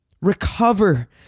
Recover